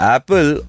Apple